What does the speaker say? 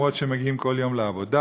אף שהם מגיעים כל יום לעבודה,